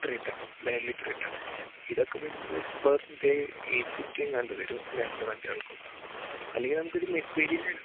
three ten Benelli three ten ഇതൊക്കേ വരുമ്പോൾ per day eight fifty എങ്ങാണ്ട് വരും രണ്ടു വണ്ടികൾക്കും അല്ലെങ്കിൽ നമുക്കൊരു മിഡ് വേരിയൻറ്റ്